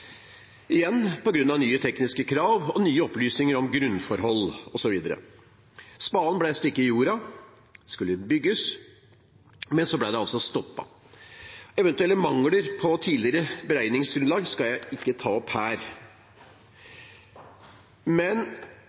igjen på grunn av nye tekniske krav og nye opplysninger om grunnforhold osv. Spaden ble stukket i jorda, det skulle bygges, men så ble det stoppet. Eventuelle mangler ved tidligere beregningsgrunnlag skal jeg ikke ta opp her, men